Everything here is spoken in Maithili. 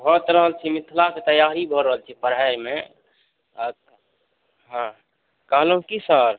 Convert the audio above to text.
भऽ तऽ रहल छै मिथिलाके तैआरी भऽ रहल छै पढ़ाइमे आ हँ कहलहुँ कि सर